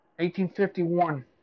1851